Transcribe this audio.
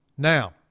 Now